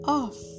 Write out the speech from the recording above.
off